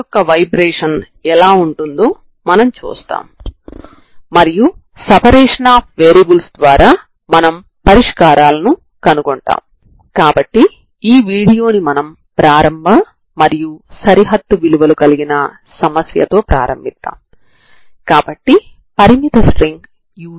ఇక్కడ పరిష్కారాన్ని నేరుగా సమాకలనం చేయడం ద్వారా కనుగొనవచ్చు తర్వాత ఎనర్జీ ఆర్గ్యుమెంట్ ని ఉపయోగించి ఈ ప్రారంభ సమాచారం కలిగిన సమీకరణం యొక్క పరిష్కారం ప్రత్యేకమైనదని కూడా చెప్పవచ్చు